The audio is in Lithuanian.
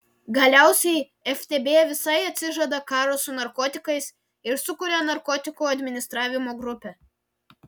galiausiai ftb visai atsižada karo su narkotikais ir sukuria narkotikų administravimo grupę